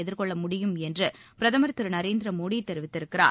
எதிர்கொள்ள முடியும் என்று பிரதமர் திரு நரேந்திர மோடி தெரிவித்திருக்கிறார்